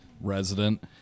resident